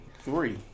Three